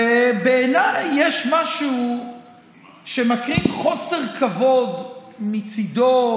בעיניי יש משהו שמקרין חוסר כבוד מצידו,